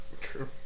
True